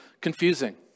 confusing